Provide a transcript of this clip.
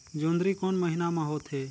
जोंदरी कोन महीना म होथे?